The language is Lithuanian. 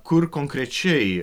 kur konkrečiai